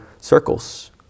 circles